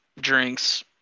drinks